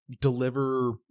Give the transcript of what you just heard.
deliver